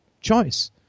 choice